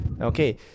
Okay